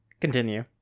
Continue